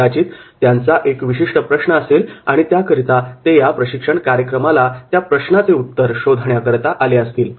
कदाचित त्यांचा एक विशिष्ट प्रश्न असेल आणि त्याकरिता ते या प्रशिक्षण कार्यक्रमाला त्या प्रश्नाचे उत्तर शोधण्याकरता आले असतील